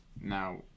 now